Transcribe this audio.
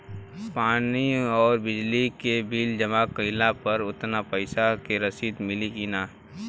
पानी आउरबिजली के बिल जमा कईला पर उतना पईसा के रसिद मिली की न?